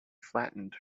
flattened